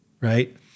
right